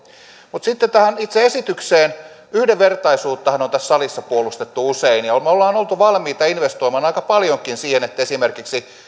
mutta sitten tähän itse esitykseen yhdenvertaisuuttahan on tässä salissa puolustettu usein ja me olemme olleet valmiita investoimaan aika paljonkin esimerkiksi siihen että